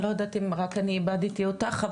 אני לא יודעת אם רק אני איבדתי אותך,